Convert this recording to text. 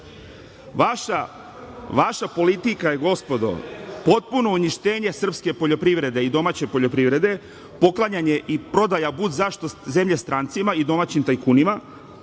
60%.Vaša politika je, gospodo, potpuno uništenje srpske poljoprivrede i domaće poljoprivrede, poklanjanje i prodaja bud zašto zemlje strancima i domaćim tajkunima